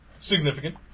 significant